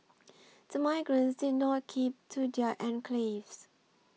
the migrants did not keep to their enclaves